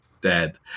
dead